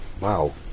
Wow